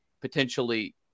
potentially